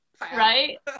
Right